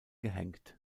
gehängt